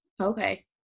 Okay